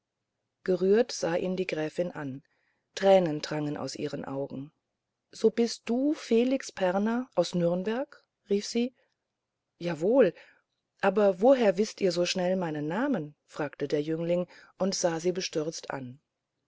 gerührt sah ihn die gräfin an tränen drangen aus ihren augen so bist du felix perner aus nürnberg rief sie jawohl aber woher wißt ihr so schnell meinen namen fragte der jüngling und sah sie bestürzt an